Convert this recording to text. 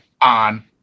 on